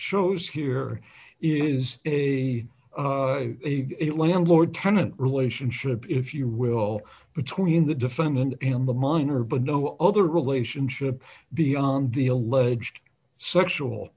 shows here is a landlord tenant relationship if you will between the defendant in the minor but no other relationship beyond the alleged sexual